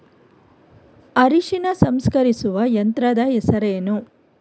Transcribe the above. ಅರಿಶಿನ ಸಂಸ್ಕರಿಸುವ ಯಂತ್ರದ ಹೆಸರೇನು?